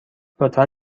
لطفا